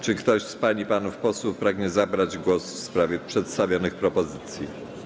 Czy ktoś z pań i panów posłów pragnie zabrać głos w sprawie przedstawionych propozycji?